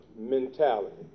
mentality